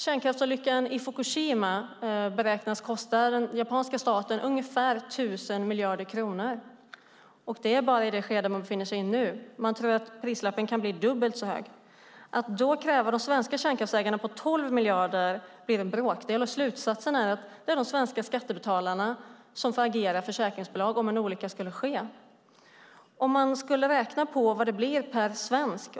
Kärnkraftsolyckan i Fukushima beräknas kosta den japanska staten ungefär 1 000 miljarder kronor, och det är bara i det skede man befinner sig i nu. Man tror att beloppet på prislappen kan bli dubbelt så högt. 12 miljarder, som man kräver de svenska kärnkraftverken på, blir en bråkdel. Slutsatsen är att det är de svenska skattebetalarna som får agera försäkringsbolag om en olycka skulle ske. Man kan räkna på vad det blir per person.